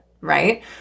right